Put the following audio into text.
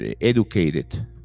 educated